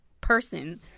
person